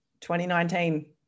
2019